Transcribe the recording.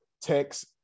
text